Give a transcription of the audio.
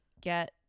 get